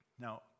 Now